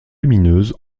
lumineuses